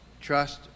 Trust